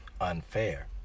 unfair